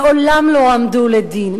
מעולם לא הועמדו לדין.